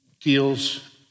deals